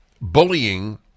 bullying